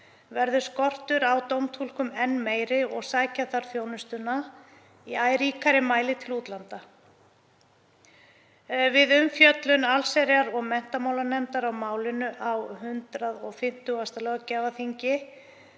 verður skortur á dómtúlkum enn meiri og sækja þarf þjónustuna í æ ríkari mæli til útlanda. Við umfjöllun allsherjar- og menntamálanefndar á málinu á 150. löggjafarþingi